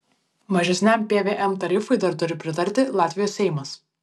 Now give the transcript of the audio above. mažesniam pvm tarifui dar turi pritarti latvijos seimas